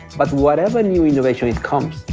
but whatever new innovation comes,